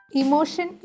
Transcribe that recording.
emotion